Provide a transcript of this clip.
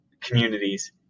communities